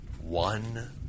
one